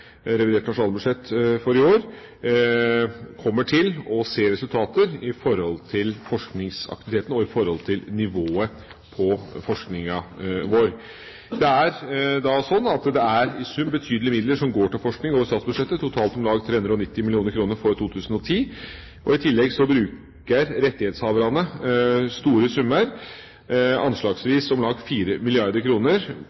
revidert nasjonalbudsjett for i år, kommer til å se resultater i forhold til forskningsaktiviteten, og i forhold til nivået på forskningen vår. Det er i sum betydelige midler som går til forskning over statsbudsjettet – totalt om lag 390 mill. kr for 2010. I tillegg bruker rettighetshaverne store summer,